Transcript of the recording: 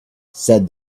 said